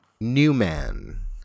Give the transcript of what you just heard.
Newman